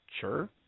sure